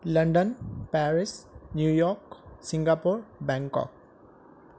London Paris New York Singapore Bangkok